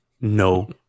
no